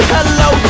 Hello